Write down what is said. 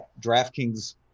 DraftKings